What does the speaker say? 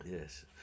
Yes